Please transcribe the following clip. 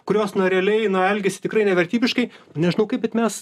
kurios na realiai na elgiasi tikrai nevertybiškai nežinau kaip bet mes